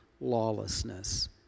lawlessness